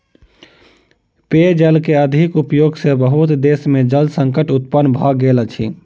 पेयजल के अधिक उपयोग सॅ बहुत देश में जल संकट उत्पन्न भ गेल अछि